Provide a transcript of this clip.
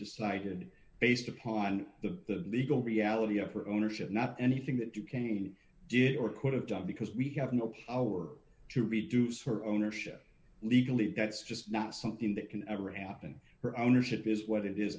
decided based upon the legal reality of her ownership not anything that you can you did or could have done because we have no power to reduce her ownership legally that's just not something that can ever happen for ownership is what it is